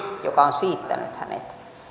joka on siittänyt hänet